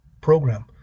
program